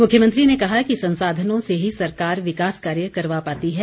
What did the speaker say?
मुख्यमंत्री ने कहा कि संसाधनों से ही सरकार विकास कार्य करवा पाती है